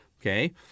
Okay